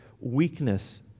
weakness